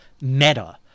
meta